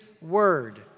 word